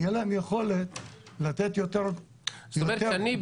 ותהיה להם יכולת לתת יותר -- זאת אומרת אני,